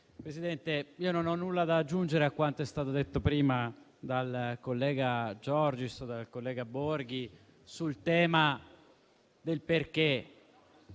Presidente, non ho nulla da aggiungere a quanto è stato detto prima dal collega Giorgis e dal collega Enrico Borghi sul perché